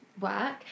work